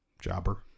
Jobber